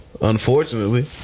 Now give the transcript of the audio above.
Unfortunately